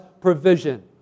provision